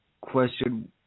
question